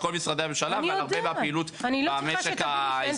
יש לזה השלכות על כל משרדי הממשלה ועל הרבה מהפעילות במשק הישראלי,